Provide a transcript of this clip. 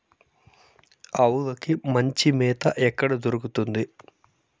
ఆవులకి మంచి మేత ఎక్కడ దొరుకుతుంది?